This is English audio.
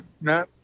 no